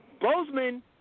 Bozeman